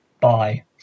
Bye